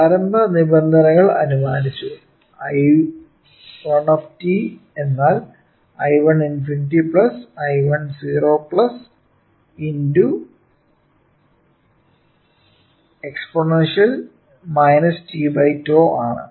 പ്രാരംഭ നിബന്ധനകൾ അനുമാനിച്ചു I1 എന്നാൽ I1∞ I10 x e t𝜏 ആണ്